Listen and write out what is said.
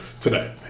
Today